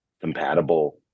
compatible